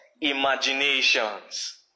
Imaginations